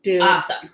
awesome